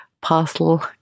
parcel